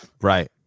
Right